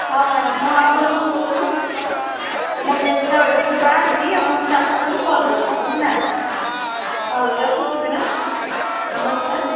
ହଉ ମ୍ୟାଡମ ମୁଁ ଆପଣଙ୍କୁ ମୁଁ ଯେତେବେଳେ ଯେବେ ବାହାରିବି ଆପଣଙ୍କୁ କଲ କରିଦେବି ହେଲା ହଉ ରଖୁଛି ମ୍ୟାଡମ ନମସ୍କାର